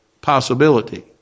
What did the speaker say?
possibility